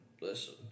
listen